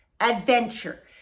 adventure